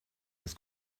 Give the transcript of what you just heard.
das